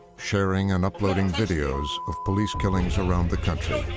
sharing and uploading videos of police killings around the country.